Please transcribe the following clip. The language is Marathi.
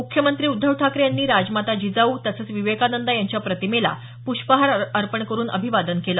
मुख्यमंत्री उद्धव ठाकरे यांनी राजमाता जिजाऊ तसंच विवेकानंद यांच्या प्रतिमेला पुष्पहार अर्पण करून अभिवादन केलं